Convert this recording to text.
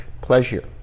pleasure